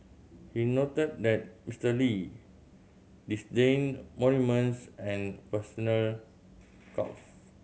he noted that Mister Lee disdained monuments and personal cults